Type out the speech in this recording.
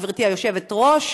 גברתי היושבת-ראש,